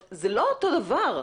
זה לא אותו דבר.